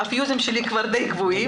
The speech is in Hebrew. הפיוזים שלי כבר די גבוהים,